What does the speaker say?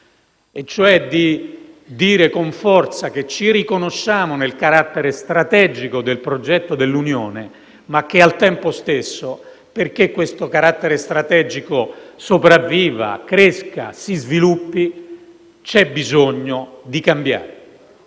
cioè di dire con forza che ci riconosciamo nel carattere strategico del progetto dell'Unione, ma che al tempo stesso, perché questo carattere strategico sopravviva, cresca e si sviluppi, c'è bisogno di cambiare.